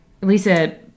Lisa